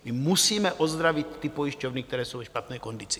My musíme ozdravit ty pojišťovny, které jsou ve špatné kondici.